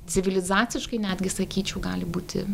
civilizaciškai netgi sakyčiau gali būti